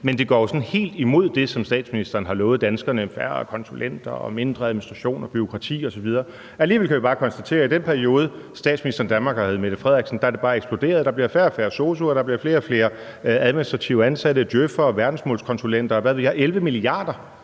men det går jo sådan helt imod det, som statsministeren har lovet danskerne: færre konsulenter, mindre administration og bureaukrati osv. Alligevel kan vi bare konstatere, at i den periode, statsministeren i Danmark har heddet Mette Frederiksen, er det bare eksploderet. Der bliver færre og færre sosu'er, og der bliver flere og flere administrativt ansatte djøf'ere, verdensmålskonsulenter, og hvad ved jeg. 11 mia. kr.